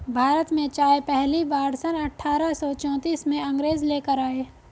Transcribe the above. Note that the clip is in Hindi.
भारत में चाय पहली बार सन अठारह सौ चौतीस में अंग्रेज लेकर आए